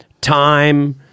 time